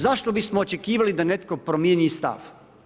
Zašto bismo očekivali da netko promijeni stav?